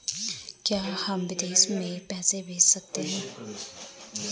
क्या हम विदेश में पैसे भेज सकते हैं?